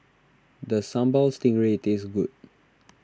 does Sambal Stingray taste good